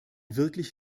wirklich